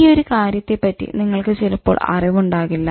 ഈയൊരു കാര്യത്തെ പറ്റി നിങ്ങൾക്ക് ചിലപ്പോൾ അറിവുണ്ടാകില്ല